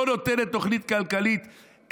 לא נותנת תוכנית כלכלית,